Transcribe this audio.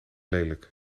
lelijk